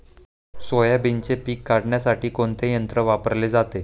सोयाबीनचे पीक काढण्यासाठी कोणते यंत्र वापरले जाते?